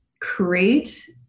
create